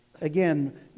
Again